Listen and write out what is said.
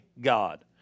God